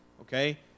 Okay